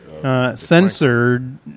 Censored